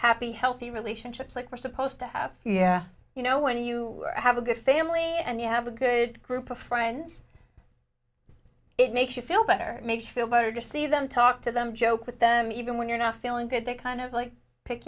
happy healthy relationships like we're supposed to have yeah you know when you have a good family and you have a good group of friends it makes you feel better make it feel better to see them talk to them joke with them even when you're not feeling good they kind of like pick